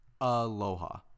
Aloha